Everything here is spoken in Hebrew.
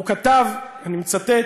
הוא כתב, אני מצטט: